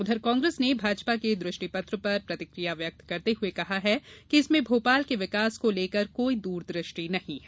उधर कांग्रेस ने भाजपा के दृष्टिपत्र पर प्रतिकिया व्यक्त करते हुए कहा है कि इसमें भोपाल के विकास को लेकर कोई दूरदृष्टि नहीं हैं